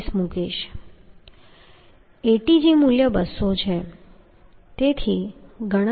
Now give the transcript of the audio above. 25 મૂકીશ Atg મૂલ્ય 200 છે